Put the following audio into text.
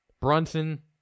Brunson